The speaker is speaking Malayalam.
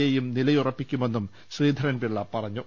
എയും നിലയുറപ്പിക്കുമെന്നും ശ്രീധരൻപിള്ള പറ ഞ്ഞു